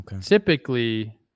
Typically